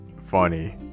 funny